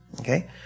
okay